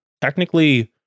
technically